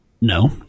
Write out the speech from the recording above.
No